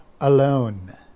alone